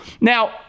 Now